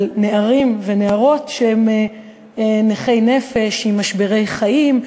על נערים ונערות שהם נכי נפש עם משברי חיים.